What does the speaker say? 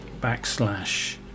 backslash